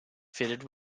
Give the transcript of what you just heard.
fitted